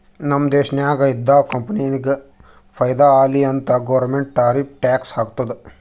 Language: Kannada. ನಮ್ ದೇಶ್ದಾಗ್ ಇದ್ದಿವ್ ಕಂಪನಿಗ ಫೈದಾ ಆಲಿ ಅಂತ್ ಗೌರ್ಮೆಂಟ್ ಟಾರಿಫ್ ಟ್ಯಾಕ್ಸ್ ಹಾಕ್ತುದ್